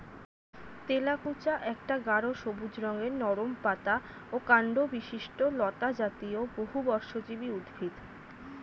তেলাকুচা একটা গাঢ় সবুজ রঙের নরম পাতা ও কাণ্ডবিশিষ্ট লতাজাতীয় বহুবর্ষজীবী উদ্ভিদ